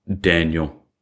daniel